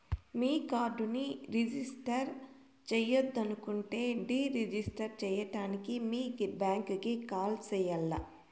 మీ కార్డుని రిజిస్టర్ చెయ్యొద్దనుకుంటే deregister సేయడానికి మీ బ్యాంకీకి కాల్ సెయ్యాల్ల